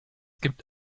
gibt